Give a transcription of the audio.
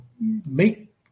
make